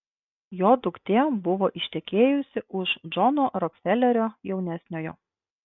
jo duktė buvo ištekėjusi už džono rokfelerio jaunesniojo